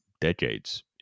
decades